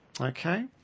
Okay